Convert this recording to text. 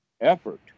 effort